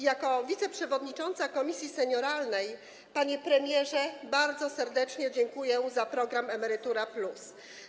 Jako wiceprzewodnicząca komisji senioralnej, panie premierze, bardzo serdecznie dziękuję za program „Emerytura+”